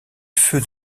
feu